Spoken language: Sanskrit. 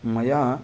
मया